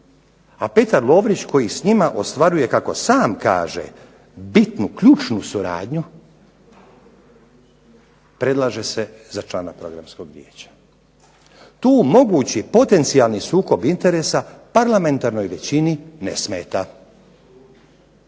A Petar Lovrić koji s njima ostvaruje kako sam kaže bitnu ključnu suradnju predlaže se za člana programskog vijeća. Tu mogući potencijalni sukob interesa parlamentarnoj većini ne smeta.